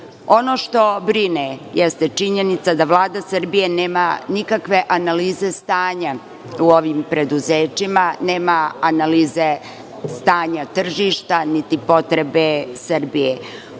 što brine, jeste činjenica da Vlada Srbije nema nikakve analize stanja u ovim preduzećima, nema analize stanja tržišta, niti potrebe Srbije.